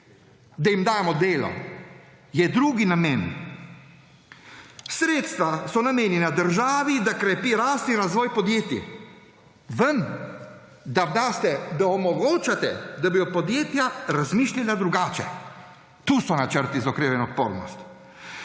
da jim dajemo delo, je drugi namen. Sredstva so namenjena državi, da krepi rast in razvoj podjetij, da daste, da omogočate, da bodo podjetja razmišljala drugače. To so načrti za okrevanje in odpornost.